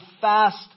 fast